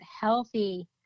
healthy